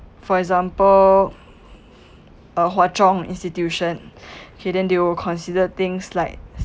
for example uh hwa chong institution hidden they will consider things like